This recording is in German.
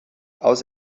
aus